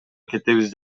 кетебиз